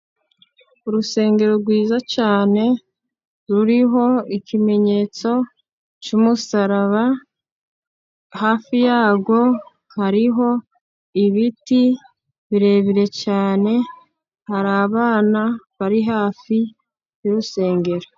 Urusengero rwiza cyane ruriho ikimenyetso cy'umusaraba, hafi yarwo hariho ibiti birebire cyane, hari abana bari hafi y'urusengero.